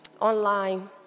online